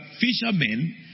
fishermen